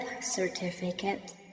certificate